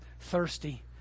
thirsty